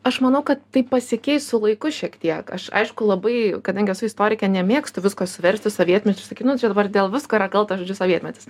aš manau kad tai pasikeis su laiku šiek tiek aš aišku labai kadangi esu istorikė nemėgstu visko suversti sovietmečiui sakyt nu čia dabar dėl visko yra kaltas žodžiu sovietmetis